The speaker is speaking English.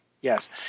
Yes